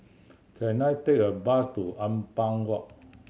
can I take a bus to Ampang Walk